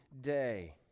day